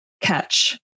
catch